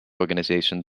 organization